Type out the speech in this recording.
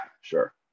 sure